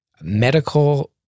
Medical